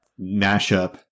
mashup